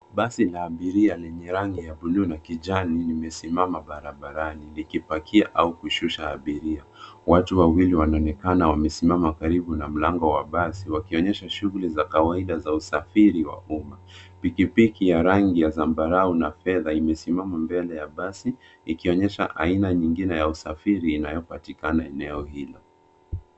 Basi la abiria lenye rangi ya bluu na kijani limesimama barabarani lipakia au kushusha abiria. Watu wawili wanaonekana wamesimama karibu mlango wa basi wakionyesha shughuli za kawaida za usafiri wa umma. Pikipiki ya rangi ya zambarau na fedha imesimama mbele ya basi ikionyesha aina nyingine ya usafiri inayopatikana eneo hili.